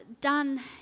done